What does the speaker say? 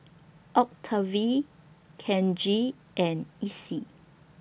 Octavie Kenji and Essie